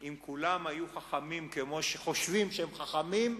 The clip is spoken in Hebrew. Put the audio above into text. אם כולם היו חכמים כמו שחושבים שהם חכמים,